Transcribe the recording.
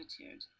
attitude